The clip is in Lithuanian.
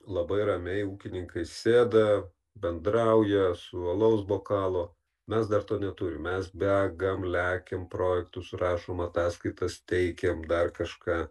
labai ramiai ūkininkai sėda bendrauja su alaus bokalo mes dar to neturim mes begam lekiam projektus rašom ataskaitas teikiam dar kažką